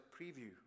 preview